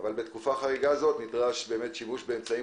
אבל בתקופה חריגה זו נדרש שימוש באמצעים